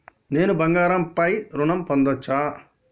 నేను బంగారం పై ఋణం పొందచ్చా?